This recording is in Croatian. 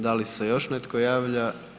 Da li se još netko javlja?